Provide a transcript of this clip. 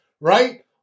right